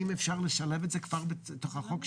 האם אפשר לשלב את זה כבר בתוך החוק,